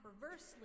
perversely